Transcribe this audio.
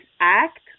act